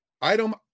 Item